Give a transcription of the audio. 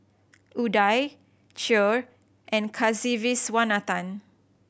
Udai Choor and Kasiviswanathan